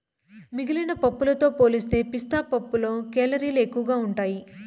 మిగిలిన పప్పులతో పోలిస్తే పిస్తా పప్పులో కేలరీలు ఎక్కువగా ఉంటాయి